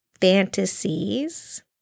fantasies